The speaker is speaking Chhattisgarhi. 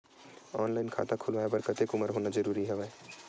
ऑनलाइन खाता खुलवाय बर कतेक उमर होना जरूरी हवय?